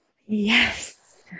yes